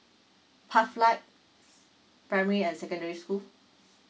half like primary and secondary school